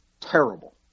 terrible